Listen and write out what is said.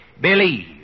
believe